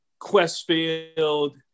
Questfield